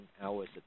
hours